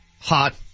Hot